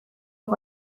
کار